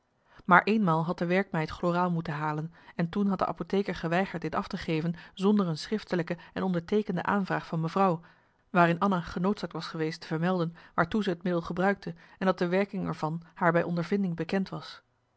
maar eenmaal had de werkmeid chloraal moeten halen en toen had de apotheker geweigerd dit af te geven zonder een schriftelijke en onderteekende aanvraag van mevrouw waarin anna genoodzaakt was geweest te vermelden waartoe ze het middel gebruikte en dat de werking er van haar bij ondervinding bekend was